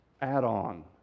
add-on